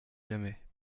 jamais